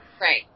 Right